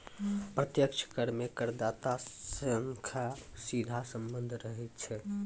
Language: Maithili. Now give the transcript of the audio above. प्रत्यक्ष कर मे करदाता सं सीधा सम्बन्ध रहै छै